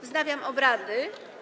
Wznawiam obrady.